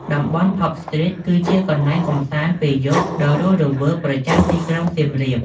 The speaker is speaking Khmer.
តំបន់ ផាប់ស្ទ្រីត គឺជាកន្លែងកម្សាន្តពេលយប់ដ៏រស់រវើកប្រចាំទីក្រុងសៀមរាប។